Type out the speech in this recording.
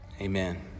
Amen